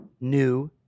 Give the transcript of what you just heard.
new